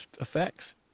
effects